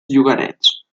llogarets